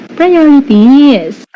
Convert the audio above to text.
priorities